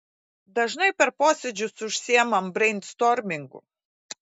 dažnai per posėdžius užsiimam breinstormingu